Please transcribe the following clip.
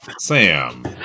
Sam